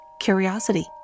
Curiosity